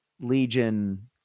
Legion